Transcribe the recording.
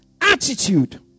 Attitude